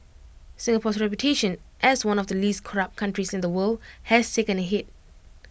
Singapore's reputation as one of the least corrupt countries in the world has taken A hit